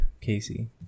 Casey